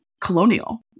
colonial